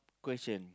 question